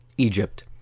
Egypt